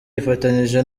yifatanyije